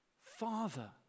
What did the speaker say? father